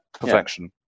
perfection